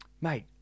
mate